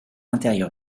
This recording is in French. intérieure